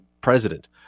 president